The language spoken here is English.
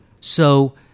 So-